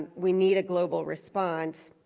we need a global response.